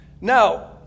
Now